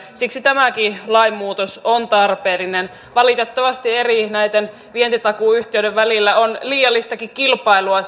siksi tämäkin lainmuutos on tarpeellinen valitettavasti näiden eri vientitakuuyhtiöiden välillä on liiallistakin kilpailua